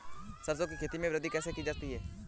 सरसो की खेती में वृद्धि कैसे की जाती है?